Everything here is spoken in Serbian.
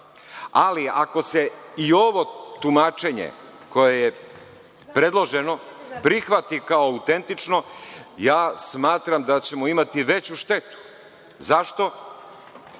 Ali, ako se i ovo tumačenje koje je predloženo prihvati kao autentično, smatram da ćemo imati veću štetu. Zašto?